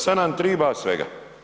Sad nam triba svega.